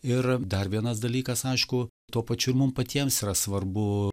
ir dar vienas dalykas aišku tuo pačiu ir mum patiems yra svarbu